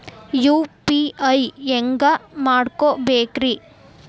UPI ಹ್ಯಾಂಗ ಮಾಡ್ಕೊಬೇಕ್ರಿ?